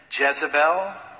Jezebel